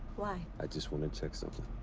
why? i just want to check something.